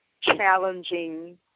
challenging